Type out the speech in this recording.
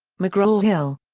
mcgraw-hill.